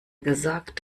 gesagt